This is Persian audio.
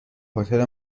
هتل